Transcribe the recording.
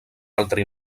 altre